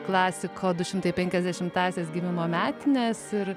klasiko du šimtai penkiasdešimtąsias gimimo metines ir